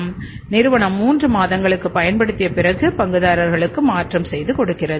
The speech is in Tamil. எனவே நிறுவனம் 3 மாதங்களுக்குப் பயன்படுத்திய பிறகு பங்குதாரர்களுக்கு மாற்றம் செய்து கொடுக்கிறது